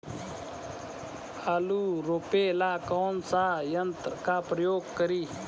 आलू रोपे ला कौन सा यंत्र का प्रयोग करी?